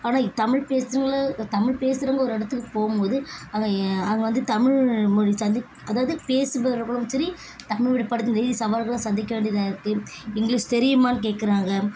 ஆனால் தமிழ் பேசுறவங்களை தமிழ் பேசுகிறவங்க ஒரு இடத்துக்கு போகும்போது அங்கே அங்கே வந்து தமிழ்மொழி அதாவது பேசுபவர்களும் சரி தமிழ் மீடியம் படித்தது சவால்களை சந்திக்க வேண்டியதாக இருக்குது இங்கிலீஷ் தெரியுமான்னு கேக்கிறாங்க